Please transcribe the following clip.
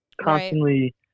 constantly